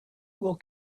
will